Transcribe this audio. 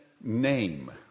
name